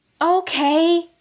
Okay